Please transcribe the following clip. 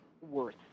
worth